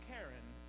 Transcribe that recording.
Karen